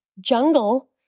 jungle